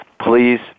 please